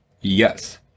Yes